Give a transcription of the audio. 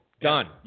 done